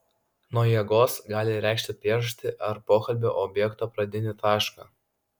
nuo jėgos gali reikšti priežastį ar pokalbio objekto pradinį tašką